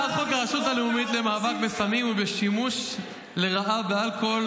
הצעת חוק הרשות הלאומית למאבק בסמים ובשימוש לרעה באלכוהול,